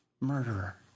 murderer